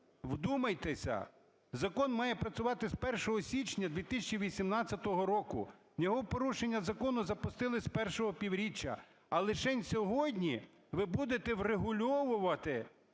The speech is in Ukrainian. Вдумайтеся, закон має працювати з 1 січня 2018 року, його порушення, закону, запустили з першого півріччя, а лишень сьогодні ви будете врегульовувати